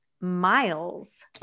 miles